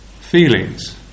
feelings